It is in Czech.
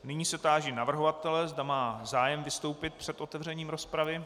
Nyní se táži navrhovatele, zda má zájem vystoupit před otevřením rozpravy.